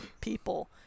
people